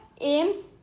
AIMS